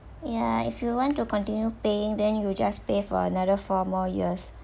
ya if you want to continue paying then you just pay for another four more years